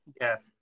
Yes